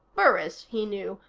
burris, he knew,